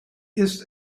ist